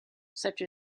such